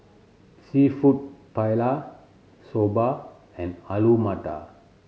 Seafood Paella Soba and Alu Matar